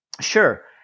Sure